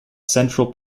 central